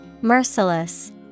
Merciless